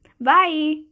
bye